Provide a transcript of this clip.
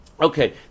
Okay